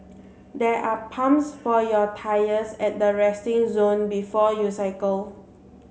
there are pumps for your tyres at the resting zone before you cycle